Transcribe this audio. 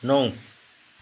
नौ